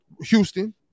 Houston